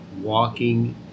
walking